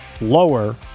lower